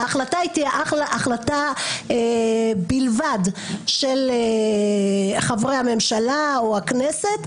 ההחלטה תהיה החלטה של חברי הממשלה או הכנסת בלבד,